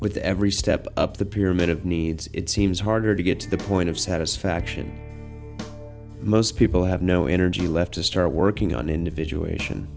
with every step up the pyramid of needs it seems harder to get to the point of satisfaction most people have no energy left to start working on individual